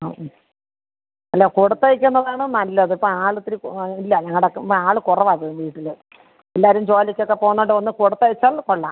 ആ മ് അല്ല കൊടുത്തയക്കുന്നതാണ് നല്ലത് ഇപ്പം ആളിത്തിരി ഇല്ല ഞങ്ങളുടെ ആൾ കുറവാണ് വീട്ടിൽ എല്ലാവരും ജോലിക്കൊക്കെ പോകുന്നതുകൊണ്ട് ഒന്ന് കൊടുത്തയച്ചാൽ കൊള്ളാം